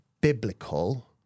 biblical